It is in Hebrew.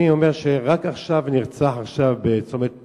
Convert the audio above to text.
אני אומר שנרצח עכשיו בצומת תפוח,